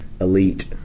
Elite